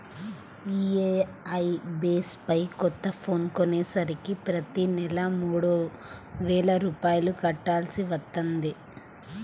EMI base పై కొత్త phone కొనేసరికి ప్రతి నెలా మూడు వేల రూపాయలు కట్టాల్సి వత్తంది